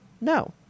No